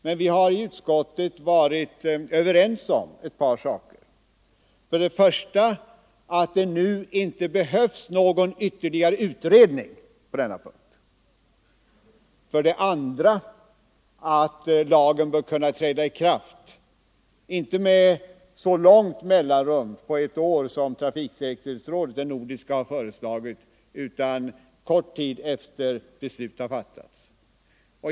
Men vi har i utskottet varit överens om ett par saker, för det första att det nu inte behövs någon ytterligare utredning på denna punkt, för det andra att lagen bör kunna träda i kraft, inte efter så lång tid — ett år — som Nordiska trafiksäkerhetsrådet har föreslagit, utan kort tid efter det att beslut har fattats.